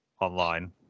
online